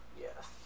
Yes